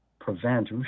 prevent